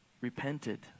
repented